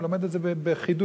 הוא לומד את זה בחידוש,